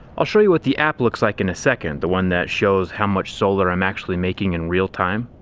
i'll show you what the app looks like in a second, the one that shows how much solar i'm actually making in real time.